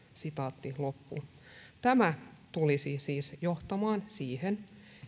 tämä tulisi siis johtamaan siihen